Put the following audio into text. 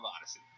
Odyssey